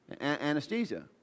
Anesthesia